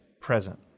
present